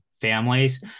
families